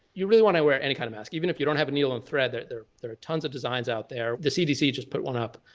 you really want to wear any kind of mask. even if you don't have a needle and thread, there there are tons of designs out there. the cdc just put one up.